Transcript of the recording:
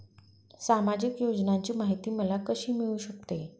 सामाजिक योजनांची माहिती मला कशी मिळू शकते?